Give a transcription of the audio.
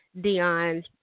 Dion